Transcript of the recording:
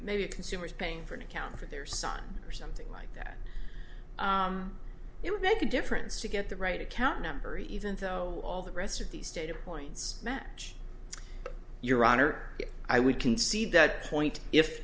maybe a consumer's paying for an account for their son or something like that it would make a difference to get the right account number even though all the rest of these data points match your honor i would concede that point if